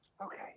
okay